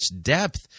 depth